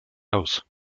aus